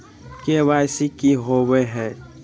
KYC की हॉबे हय?